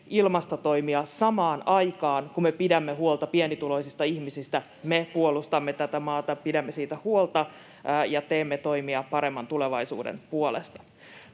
ilmastotoimia samaan aikaan, kun me pidämme huolta pienituloisista ihmisistä, me puolustamme tätä maata, [Riikka Purran välihuuto] pidämme siitä huolta ja teemme toimia paremman tulevaisuuden puolesta.